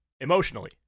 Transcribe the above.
emotionally